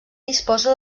disposa